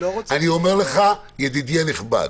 אני אומר לך, ידידי הנכבד,